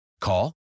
Call